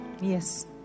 Yes